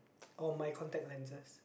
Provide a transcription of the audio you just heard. or my contact lenses